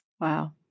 Wow